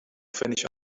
finish